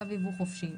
צו יבוא חופשי,